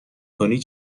کنی